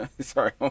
sorry